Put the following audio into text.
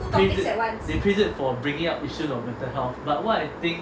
they praise it for bringing up issues of mental health but what I think